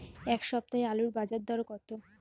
এ সপ্তাহে আলুর বাজার দর কত?